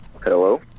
hello